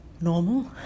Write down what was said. normal